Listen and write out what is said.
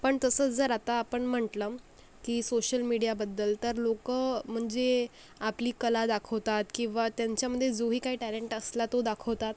पण तसंच जर आता आपण म्हटलं की सोशल मीडियाबद्दल तर लोकं म्हणजे आपली कला दाखवतात किंवा त्यांच्यामध्ये जोही काही टॅलेंट असला तो दाखवतात